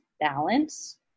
balance